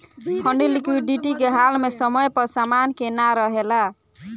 funding liquidity के हाल में समय पर समान के ना रेहला